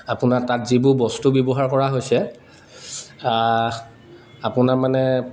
আপোনাৰ তাত যিবোৰ বস্তু ব্যৱহাৰ কৰা হৈছে আপোনাৰ মানে